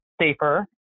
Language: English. safer